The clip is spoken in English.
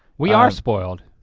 we are spoiled.